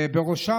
ובראשם,